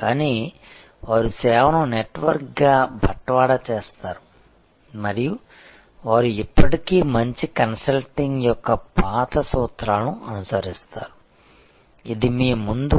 కానీ వారు సేవను నెట్వర్క్గా అందిస్తారు మరియు వారు ఇప్పటికీ మంచి కన్సల్టింగ్ యొక్క పాత సూత్రాలను అనుసరిస్తారు ఇది మీ ముందు